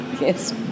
Yes